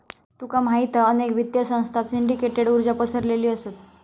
तुका माहित हा अनेक वित्तीय संस्थांत सिंडीकेटेड कर्जा पसरलेली असत